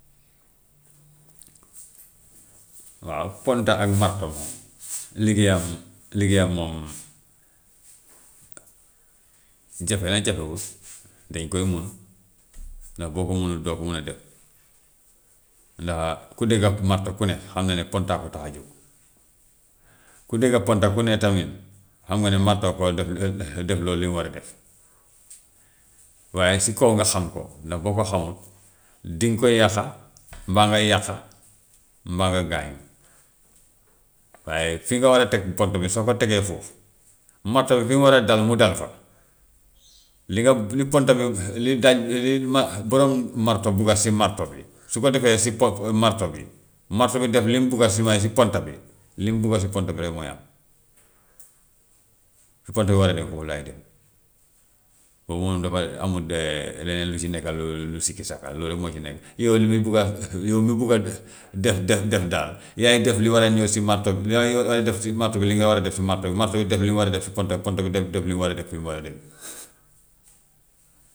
waaw ponta ak marto moom liggéeyam liggéeyam moom jafe na jafewut dañu koy mun, ndax boo ko munut doo ko mun a def. Ndax ku dégga marto ku ne xam na ne ponta ko tax a jóg, ku dégga ponta ku ne tamit xam nga ne marto ko def defloo li mu war a def, waaye si kaw nga xam ko, ndax boo ko xamut dinga ko yàqa, mbaa nga yàqa, mbaa nga gaañu. Waaye fi nga war a teg pont bi soo ko tegee foofu, marto bi fi mu war a dal mu dal fa, li nga li ponta bi li dal li ma- borom marto bugga si marto bi su ko defee si po- marto bi, marto bi def li mu bugga si may si ponta bi, li mu bugga si pont bi rek mooy am. Su fa di war a dem foofu lay dem, foofu moom dafa amut leneen lu si nekka lu lu sikki-sakka loolu rek moo si nekk. Yow li bugga, yow mu bugga def def def daal yaay def li war a ñëw si marto bi, yaay yaay def si marto bi li nga war a def si marto bi, marto bi def li mu war a def si ponta bi, ponta bi tam def li mu war a def fi mu war a dem.